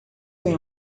tem